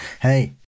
Hey